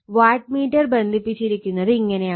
what meter ബന്ധിപ്പിച്ചിരിക്കുന്നത് ഇങ്ങനെയാണ്